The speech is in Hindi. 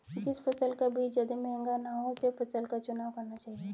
जिस फसल का बीज ज्यादा महंगा ना हो उसी फसल का चुनाव करना चाहिए